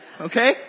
Okay